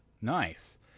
Nice